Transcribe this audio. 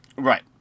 Right